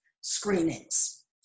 screenings